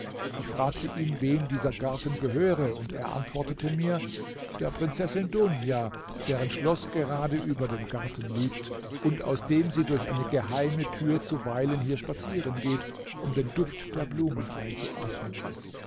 ich fragte ihn wem dieser garten gehöre und er antwortete mir der prinzessin dunia deren schloß gerade über dem garten liegt und aus dem sie durch eine geheime tür zuweilen hierher spazieren geht um den duft der blumen einzuatmen